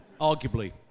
Arguably